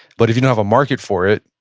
but if you don't have a market for it,